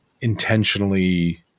intentionally